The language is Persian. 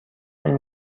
این